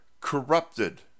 corrupted